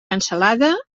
cansalada